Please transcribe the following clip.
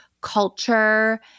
culture